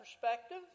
perspective